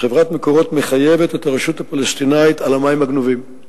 חבר הכנסת מיכאל בן-ארי, מרבית גנבות המים ביהודה